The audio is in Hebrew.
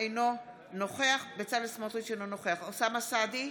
אינו נוכח בצלאל סמוטריץ' אינו נוכח אוסאמה סעדי,